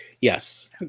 Yes